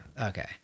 Okay